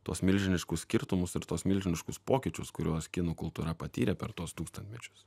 tuos milžiniškus skirtumus ir tuos milžiniškus pokyčius kuriuos kinų kultūra patyrė per tuos tūkstantmečius